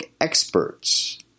experts